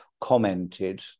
commented